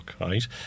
right